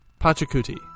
Pachacuti